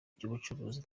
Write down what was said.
by’ubucuruzi